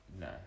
No